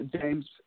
James